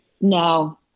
no